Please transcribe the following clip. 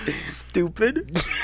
Stupid